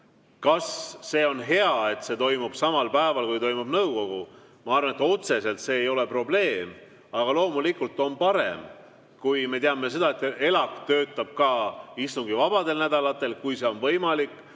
Kas see on hea, et see toimub samal päeval, kui toimub nõukogu? Ma arvan, et otseselt see ei ole probleem, aga loomulikult on parem – me teame seda, et ELAK töötab ka istungivabadel nädalatel –, kui see on võimalik,